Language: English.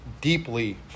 deeply